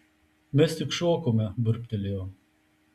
mes tik šokome burbtelėjau